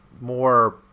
more